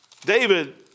David